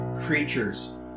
creatures